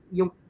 yung